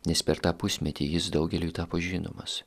nes per tą pusmetį jis daugeliui tapo žinomas